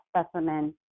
specimen